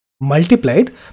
multiplied